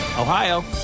Ohio